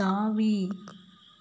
தாவி